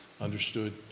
understood